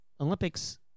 Olympics